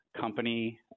company